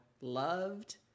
loved